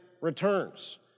returns